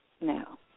Now